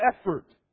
effort